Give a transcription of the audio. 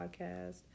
podcast